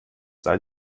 sei